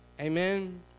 Amen